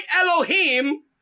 Elohim